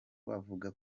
bavuye